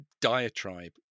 Diatribe